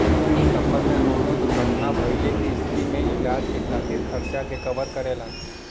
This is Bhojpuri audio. सफर में कउनो दुर्घटना भइले के स्थिति में इलाज के खातिर खर्चा के कवर करेला